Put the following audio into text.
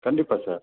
கண்டிப்பாக சார்